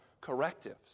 correctives